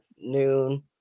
noon